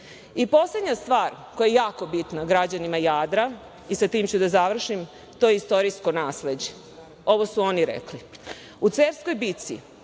stvar koja je jako bitna građanima Jadra, i sa tim ću da završim, to je istorijsko nasleđe. Ovo su oni rekli.